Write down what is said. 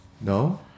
no